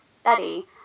study